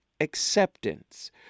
acceptance